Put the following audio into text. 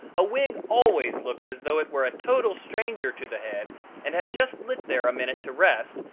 a wig always looks as though it were a total stranger to the head and had just lit there a minute to rest,